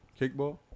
kickball